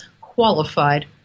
qualified